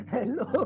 Hello